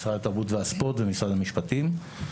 משרד התרבות והספורט ומשרד המשפטים,